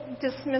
dismiss